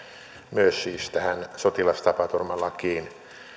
myös tähän sotilastapaturmalakiin